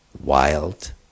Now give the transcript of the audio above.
wild